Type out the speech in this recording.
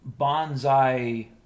bonsai